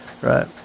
Right